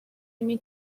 mean